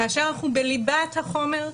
כאשר אנחנו בליבת החומר,